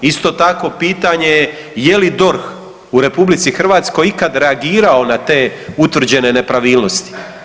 Isto tako, pitanje je je li DORH u RH ikad reagirao na te utvrđene nepravilnosti.